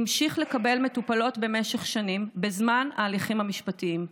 הוא המשיך לקבל מטופלות במשך שנים בזמן ההליכים המשפטיים.